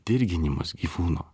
dirginimas gyvūno